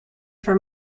for